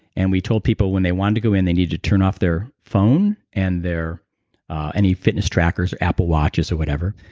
and we told people when they wanted to go in they needed to turn off their phone and any ah any fitness trackers or apple watches, or whatever.